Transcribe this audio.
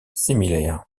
similaires